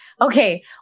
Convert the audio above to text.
Okay